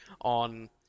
on –